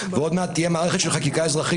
ועוד מעט תהיה מערכת של חקיקה אזרחית